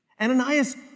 Ananias